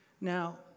Now